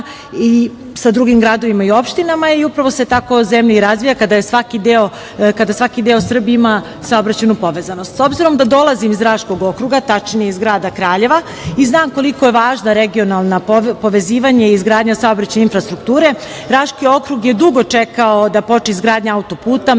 sa drugim gradovima i opštinama i upravo se tako zemlja razvija kada svaki deo Srbije ima saobraćajnu povezanost.S obzirom da dolazim iz Raškog okruga, tačnije iz grada Kraljeva i znam koliko je važno regionalno povezivanje i izgradnja saobraćajne infrastrukture, Raški okrug je dugo čekao da počne izgradnja autoputa,